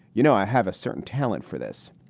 you know, i have a certain talent for this.